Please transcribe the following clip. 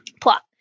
Plot